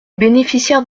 bénéficiaires